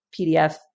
PDF